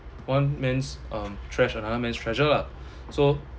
one man's um trash another man's treasure lah so